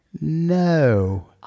No